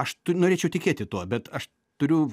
aš norėčiau tikėti tuo bet aš turiu